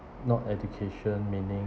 not education meaning